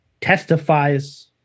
testifies